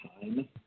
time